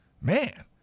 man